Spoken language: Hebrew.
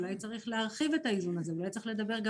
אולי צריך להרחיב את האיזון הזה ולדבר גם